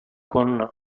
con